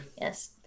Yes